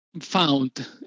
found